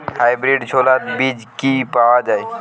Hybrid ছোলার বীজ কি পাওয়া য়ায়?